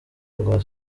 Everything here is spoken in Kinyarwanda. rwa